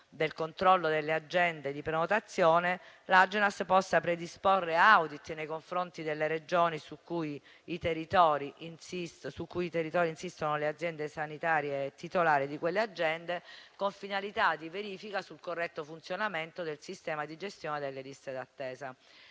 del controllo delle agende di prenotazione, l'Agenas possa predisporre *audit* nei confronti delle Regioni sui cui territori insistono le aziende sanitarie titolari di quelle agende, con finalità di verifica sul corretto funzionamento del sistema di gestione delle liste d'attesa.